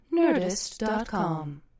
nerdist.com